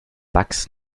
bugs